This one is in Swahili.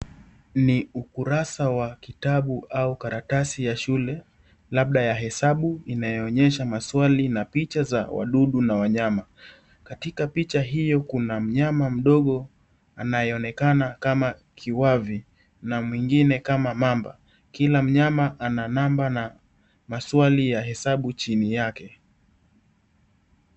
Ni ukarasa wa kitabu au karatasi ya shule labda ya hesabu inayoonyesha maswali na picha za wadudu na wanyama. Katika picha iyo kuna mnyama mdogo anayeonekana kama kiwavi. Na mwingine kama mamba. Kila mnyama ana namba na maswali ya hesabu chini yake.